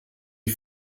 ich